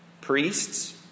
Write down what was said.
priests